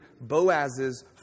Boaz's